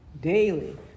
Daily